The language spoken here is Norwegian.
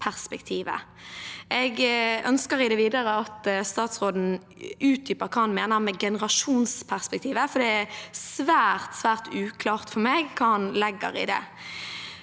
Jeg ønsker i det videre at statsråden utdyper hva han mener med generasjonsperspektivet, for det er svært, svært uklart for meg hva han legger i det.